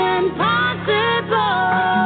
impossible